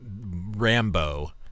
Rambo